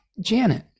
Janet